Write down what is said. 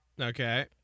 Okay